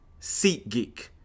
SeatGeek